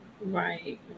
right